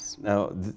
Now